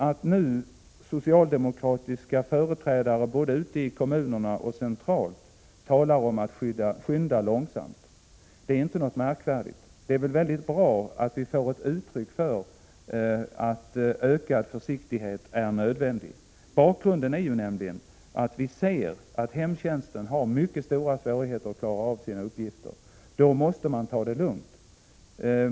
Att socialdemokratiska företrädare både i kommunerna och centralt talar om att skynda långsamt är inte märkvärdigt. Det är bra att vi får uttalanden om att ökad försiktighet är nödvändig. Bakgrunden är nämligen att vi ser att hemtjänsten har mycket stora svårigheter att klara av sina uppgifter. Därför måste man ta det lugnt.